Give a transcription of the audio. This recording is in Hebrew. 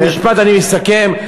במשפט אני אסכם,